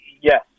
yes